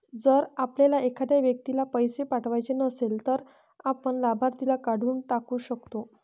जर आपल्याला एखाद्या व्यक्तीला पैसे पाठवायचे नसेल, तर आपण लाभार्थीला काढून टाकू शकतो